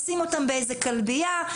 ישים אותם באיזו כלביה.